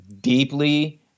deeply